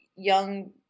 young